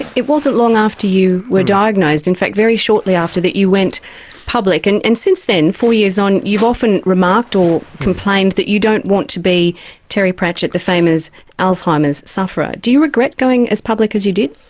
it wasn't long after you were diagnosed, in fact very shortly after that you went public and and since then, four years on, you've often remarked or complained that you don't want to be terry pratchett the famous alzheimer's sufferer. do you regret going as public as you did?